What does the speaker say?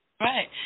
Right